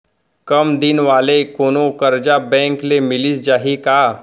कम दिन वाले कोनो करजा बैंक ले मिलिस जाही का?